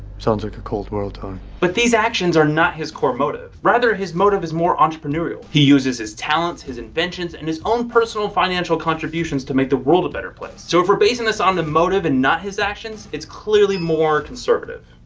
sounds like a cold world, tony. but these actions are not his core motive. rather his motive is more entrepreneurial he uses his talents, his inventions, and his own personal financial contributions to make the world a better place. so if we're basing this on the motive and not his actions, it's clearly more conservative.